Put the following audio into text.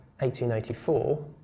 1884